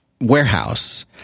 warehouse